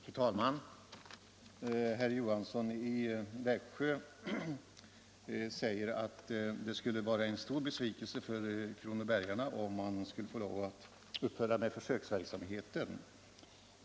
Fru talman! Herr Johansson i Växjö säger att det skulle vara en stor besvikelse för kronobergarna om de skulle få lov att upphöra med försöksverksamheten.